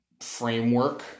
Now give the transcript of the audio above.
framework